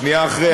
שנייה אחרי,